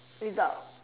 without